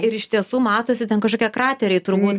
ir iš tiesų matosi ten kažkokie krateriai turbūt